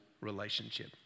relationship